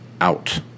Out